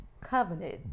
covenant